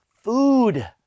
food